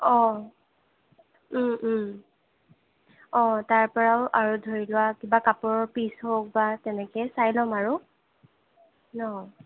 অঁ অঁ তাৰপৰাও আৰু ধৰি লোৱা কিবা কাপোৰৰ পিচ হওক বা তেনেকে চাই ল'ম আৰু ন